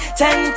ten